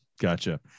gotcha